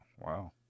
Wow